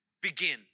begin